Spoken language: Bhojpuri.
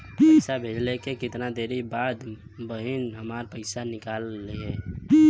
पैसा भेजले के कितना देरी के बाद बहिन हमार पैसा निकाल लिहे?